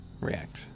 react